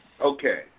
okay